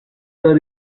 the